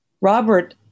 Robert